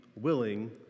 willing